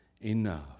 enough